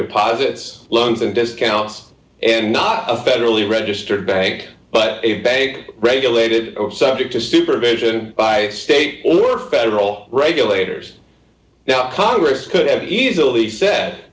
deposits lungs and discounts and not a federally registered bank but a bank regulated are subject to supervision by state or federal regulators now congress could have easily